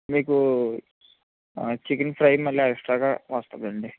మీకు chicken fry మళ్ళీ ఎక్స్ట్రాగా వస్తుంది అండి